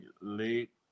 late